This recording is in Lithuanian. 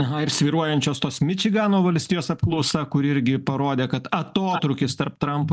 aha ir svyruojančios tos mičigano valstijos apklausa kuri irgi parodė kad atotrūkis tarp trampo